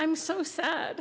i'm so sad